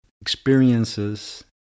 experiences